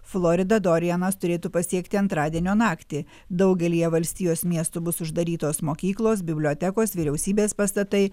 floridą dorianas turėtų pasiekti antradienio naktį daugelyje valstijos miestų bus uždarytos mokyklos bibliotekos vyriausybės pastatai